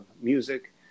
music